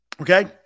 Okay